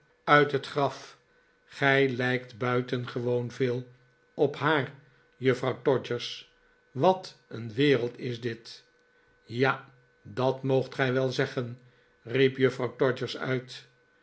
uit het graf gij lijkt buitengewoon veel op haar juffrouw todgers wat een wereld is dit ja dat moogt gij wel zeggen riep juffrouw todgers uit